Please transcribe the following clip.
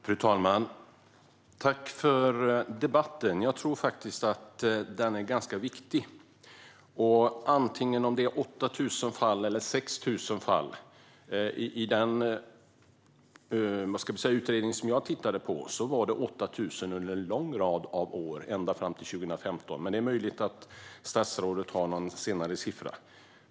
Fru talman! Jag tackar för debatten, som jag tror är ganska viktig. Vi har diskuterat om det är 8 000 eller 6 000 fall. I den utredning som jag tittade på var det 8 000 under en lång rad år, ända fram till 2015. Det är möjligt att statsrådet har någon senare siffra.